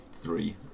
three